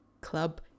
Club